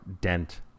dent